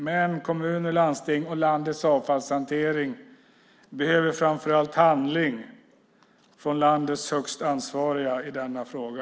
Men kommuner, landsting och landets avfallshantering behöver framför allt handling från landets högst ansvariga i denna fråga.